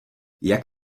jak